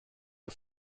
der